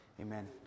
Amen